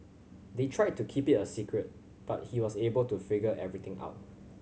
they tried to keep it a secret but he was able to figure everything out